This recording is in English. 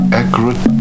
accurate